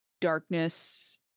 darkness